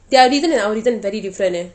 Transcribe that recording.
their reason and our reason very different eh